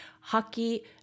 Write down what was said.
hockey